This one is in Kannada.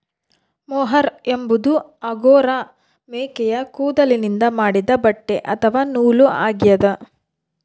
ಮೊಹೇರ್ ಎಂಬುದು ಅಂಗೋರಾ ಮೇಕೆಯ ಕೂದಲಿನಿಂದ ಮಾಡಿದ ಬಟ್ಟೆ ಅಥವಾ ನೂಲು ಆಗ್ಯದ